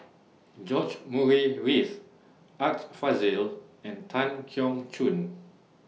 George Murray Reith Art Fazil and Tan Keong Choon